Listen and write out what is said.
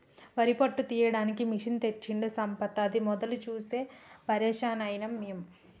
వరి పొట్టు తీయడానికి మెషిన్ తెచ్చిండు సంపత్ అది మొదలు చూసి పరేషాన్ అయినం మేము